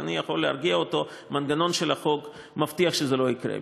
אני יכול להרגיע אותו: מנגנון של החוק מבטיח שזה לא יקרה.